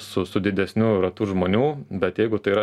su su didesniu ratu žmonių bet jeigu tai yra